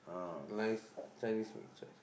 nice Chinese mixed rice